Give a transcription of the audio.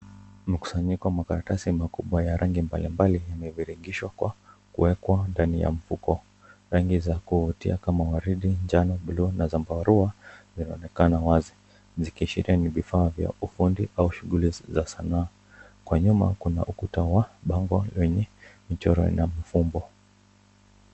Mkusanyiko wa makaratasi makubwa ya rangi mbalimbali yameviringishwa kwa kuwekwa ndani ya mfuko. Rangi za kuvutia kama waridi, njano, blue, na zambarau zinaonekana wazi, zikiashiria ni vifaa vya ufundi au shughuli za sanaa. Kwa nyuma, kuna ukuta wa bango lenye michoro inamfumbo.